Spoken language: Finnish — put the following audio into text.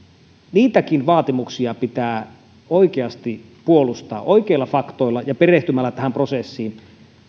niitäkin vaatimuksia pitää oikeasti puolustaa oikeilla faktoilla ja perehtymällä tähän prosessiin